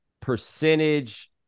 percentage